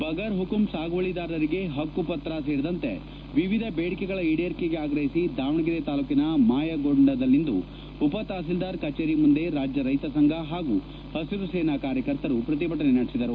ಬಗರ್ ಹುಕುಂ ಸಾಗುವಳಿದಾರರಿಗೆ ಹಕ್ಕುಪತ್ರ ಸೇರಿದಂತೆ ವಿವಿಧ ಬೇಡಿಕೆಗಳ ಈಡೇರಿಕೆಗೆ ಆಗ್ರಹಿಸಿ ದಾವಣಗೆರೆ ತಾಲೂಕಿನ ಮಾಯಕೊಡ್ಡದಲ್ಲಿಂದು ಉಪತಪತೀಲ್ದಾರ್ ಕಚೇರಿ ಮುಂದೆ ರಾಜ್ಯ ರೈತ ಸಂಘ ಹಾಗೂ ಹಸಿರು ಸೇನಾ ಕಾರ್ಯಕರ್ತರು ಪ್ರತಿಭಟನೆ ನಡೆಸಿದರು